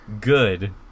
Good